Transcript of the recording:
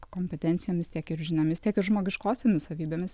kompetencijomis tiek ir žiniomis tiek ir žmogiškosiomis savybėmis